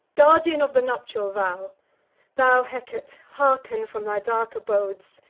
guardian of the nuptial vow thou hecate hearken from thy dark abodes!